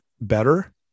better